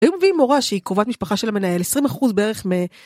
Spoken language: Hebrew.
היום מביאים הורה שהיא קובעת משפחה של המנהל, 20% בערך מה...